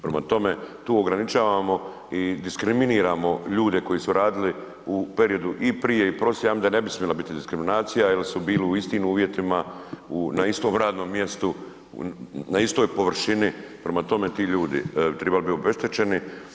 Prema tome, tu ograničavamo i diskriminiramo ljude koji su radili u periodu i prije i poslije, ja mislim da ne bi smjela biti diskriminacija jer su bili u istim uvjetima, na istom radnom mjestu, na istoj površini, prema tome ti ljudi trebali bi bit obeštećeni.